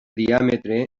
diàmetre